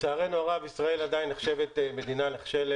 נהג משאית מחק את המשפחה.